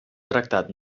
tractat